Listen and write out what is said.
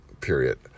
Period